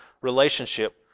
relationship